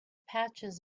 patches